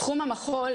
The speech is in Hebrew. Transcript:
תחום המחול,